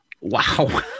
Wow